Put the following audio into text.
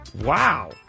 Wow